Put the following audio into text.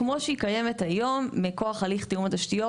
כמו שהיא קיימת היום מכוח הליך תיאום התשתיות,